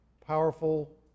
powerful